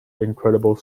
incredible